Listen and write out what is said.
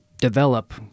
develop